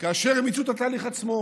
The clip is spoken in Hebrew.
כאשר מיצו את התהליך עצמו.